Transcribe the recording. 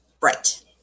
Right